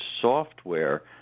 software